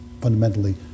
fundamentally